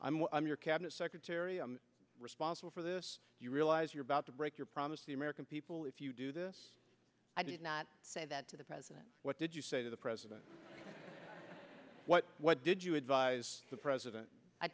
i'm i'm your cabinet secretary i'm responsible for this you realize you're about to break your promise to the american people if you do this i did not say that to the president what did you say to the president what did you advise the president i